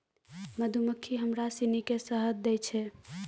मधुमक्खी हमरा सिनी के शहद दै छै